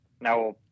Now